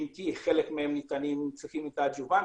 אם כי חלק מהם צריכים עיבוד,